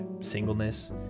singleness